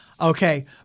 Okay